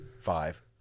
five